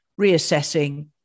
reassessing